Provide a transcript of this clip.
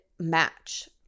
match